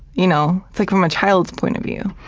you know like from a child's point of view.